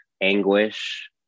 anguish